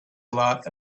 lot